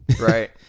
right